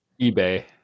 EBay